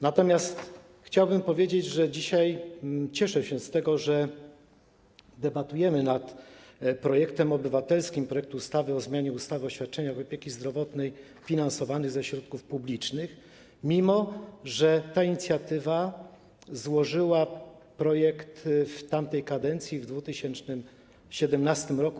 Natomiast chciałbym powiedzieć, że dzisiaj cieszę się z tego, że debatujemy nad obywatelskim projektem ustawy o zmianie ustawy o świadczeniach opieki zdrowotnej finansowanych ze środków publicznych, mimo że ten komitet inicjatywy złożył projekt w tamtej kadencji, w roku 2017.